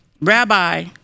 Rabbi